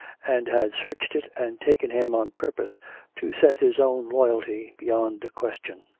and had searched it and taken him on purpose to set his own loyalty beyond question.